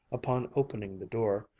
upon opening the door,